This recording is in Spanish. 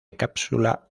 cápsula